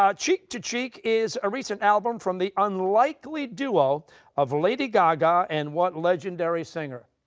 um cheek to cheek is a recent album from the unlikely duo of lady gaga and what legendary singer?